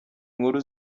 nkuru